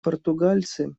португальцы